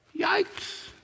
Yikes